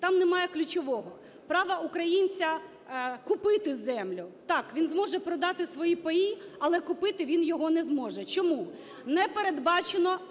Там немає ключового – права українця купити землю. Так, він зможе продати свої паї, але купити він його не зможе. Чому? Не передбаченого